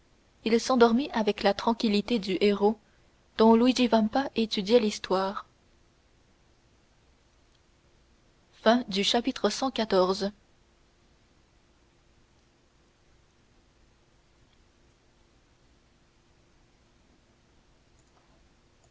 il s'endormit avec la tranquillité du héros dont luigi vampa étudiait l'histoire cxv